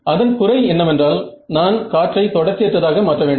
அதன் குறை என்னவென்றால் நான் காற்றை தொடர்ச்சி அற்றதாக மாற்ற வேண்டும்